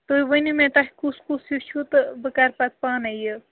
تُہۍ ؤنِو مےٚ تۄہہِ کُس کُس یہِ چھُو تہٕ بہٕ کَرٕ پَتہٕ پانَے یہِ